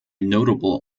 notable